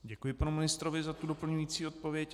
Děkuji panu ministrovi za doplňující odpověď.